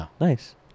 Nice